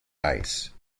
ice